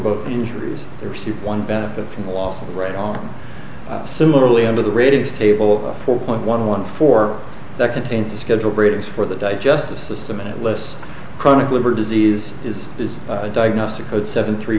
both injuries there see one benefit from the loss of the right on similarly under the ratings table a four point one one for that contains a schedule bridge for the digestive system and it lists chronic liver disease is is a diagnostic code seven three